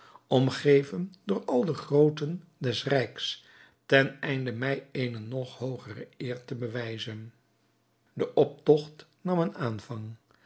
omgeven door al de grooten des rijks ten einde mij eene nog hoogere eer te bewijzen de optogt nam een aanvang